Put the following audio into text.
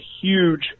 huge